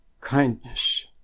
kindness